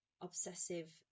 obsessive